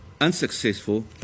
unsuccessful